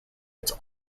its